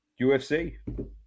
UFC